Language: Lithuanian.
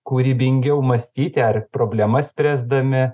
kūrybingiau mąstyti ar problemas spręsdami